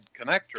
connector